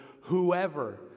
whoever